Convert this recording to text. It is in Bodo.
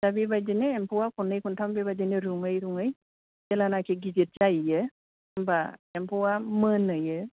दा बेबादिनो एम्फौया खननै खनथाम बेबादिनो रुंयै रुंयै जेलानाखि गिदिर जाहैयो होमबा एम्फौया मोनहैयो